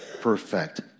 perfect